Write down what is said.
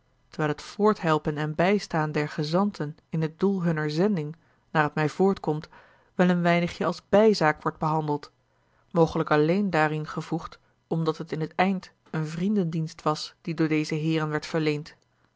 terwijl het voorthelpen en bijstaan der gezanten in het doel hunner zending naar het mij voorkomt wel een weinigje als bijzaak wordt behandeld mogelijk alleen daarin gevoegd omdat het in t eind een vriendendienst was die door deze heeren werd verleend